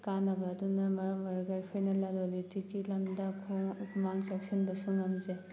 ꯀꯥꯅꯕ ꯑꯗꯨꯅ ꯃꯔꯝ ꯑꯣꯏꯔꯒ ꯑꯩꯈꯣꯏꯅ ꯂꯥꯂꯣꯜ ꯏꯇꯤꯛꯀꯤ ꯂꯝꯗ ꯈꯨꯃꯥꯡ ꯆꯥꯎꯁꯟꯕꯁꯨ ꯉꯝꯖꯩ